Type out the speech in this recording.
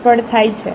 નિષ્ફળ થાય છે